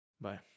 Bye